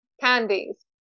candies